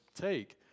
take